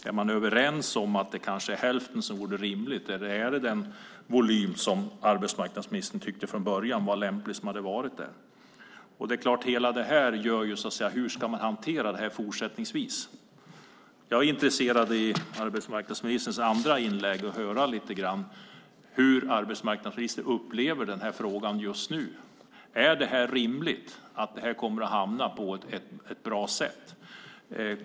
Är man överens om att det är kanske hälften som vore rimligt, eller är det den volym som arbetsmarknadsministern från början tyckte var lämplig? Det är klart att allt det här gör att man undrar hur detta ska hanteras fortsättningsvis. Jag är intresserad av att i arbetsmarknadsministerns andra inlägg få höra lite grann hur arbetsmarknadsministern upplever denna fråga just nu. Är det rimligt att detta kommer att hamna på ett bra sätt?